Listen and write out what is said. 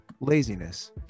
Laziness